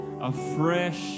afresh